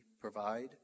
provide